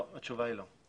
לא התשובה היא לא.